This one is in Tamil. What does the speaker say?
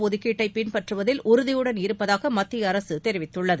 ஒதுக்கீட்டை பின்பற்றுவதில் உறுதியுடன் இருப்பதாக மத்திய அரசு தெரிவித்துள்ளது